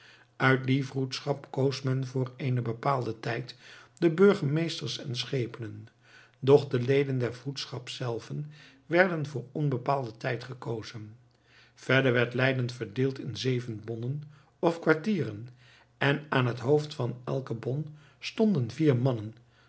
uit die vroedschap koos men voor eenen bepaalden tijd de burgemeesters en schepenen doch de leden der vroedschap zelven werden voor onbepaalden tijd gekozen verder werd leiden verdeeld in zeven bonnen of kwartieren en aan het hoofd van elke bon stonden vier mannen